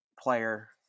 player